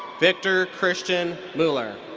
victor christian muller.